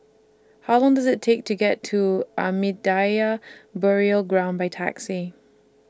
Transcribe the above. How Long Does IT Take to get to Ahmadiyya Burial Ground By Taxi